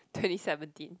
twenty seventeen